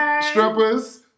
strippers